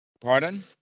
Pardon